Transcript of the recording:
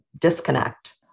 disconnect